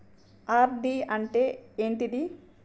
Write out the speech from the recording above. RD అంటే ఏంటిది?